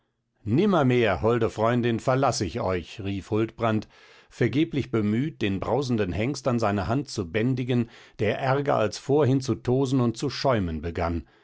nimmermehr holde freundin verlaß ich euch rief huldbrand vergeblich bemüht den brausenden hengst an seiner hand zu bändigen der ärger als vorhin zu tosen und zu schäumen begann